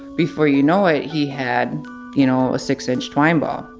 before you know it, he had you know a six-inch twine ball.